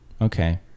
okay